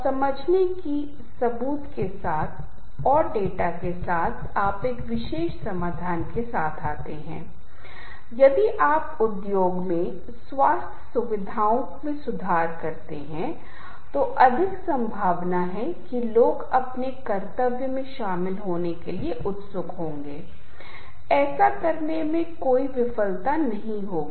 इसलिए इससे पहले कि हम कुछ अन्य चीजों पर आगे बढ़ें मैं आपके साथ कुछ क्लिप साझा करना चाहूंगा जो इन कुछ आँखों को स्पष्ट करती हैं लेकिन एक निश्चित क्लिप जिसपे हम काम कर रहे हैं जहां हमने पाया है कि अनुसंधान के संदर्भ में कुछ प्रासंगिकताएं हैं साथ ही साथ हम संचार के संदर्भ में और सॉफ्ट स्किल्स में क्या सीख रहे हैं